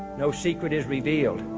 no secret is revealed.